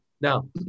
now